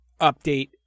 update